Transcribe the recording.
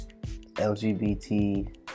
LGBT